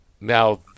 Now